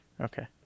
Okay